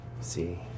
See